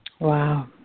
Wow